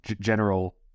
general